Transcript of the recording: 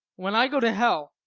when i go to hell,